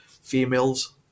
females